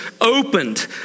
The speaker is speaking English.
opened